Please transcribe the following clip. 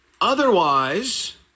Otherwise